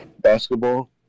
basketball